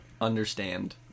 understand